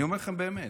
אני אומר לכם באמת.